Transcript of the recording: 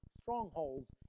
strongholds